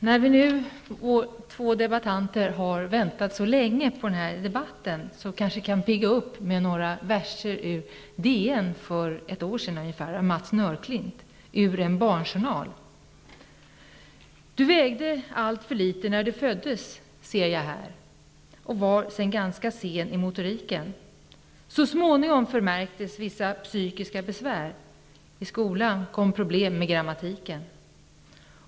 Herr talman! När vi två debattörer nu har väntat så länge på den här debatten, kanske det kan pigga upp med några verser ur DN, för ungefär ett år sedan av Mats Nörklit, ''Ur en barnjournal'': ''Du vägde alltför litet när du föddes, ser jag här och var sen ganska sen i motoriken. Så småningom förmärktes vissa psykiska besvär. I skolan kom problem med grammatiken.